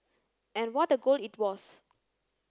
and what a goal it was